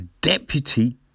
deputy